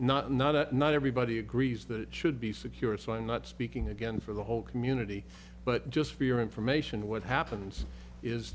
not not not everybody agrees that it should be secure so i'm not speaking again for the whole community but just for your information what happens is